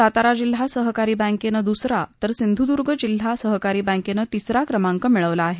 सातारा जिल्हा सहकारी बँकेनं दुसरा तर सिंधुदुर्ग जिल्हा सहकारी बँकेनं तिसरा क्रमांक मिळवला आहे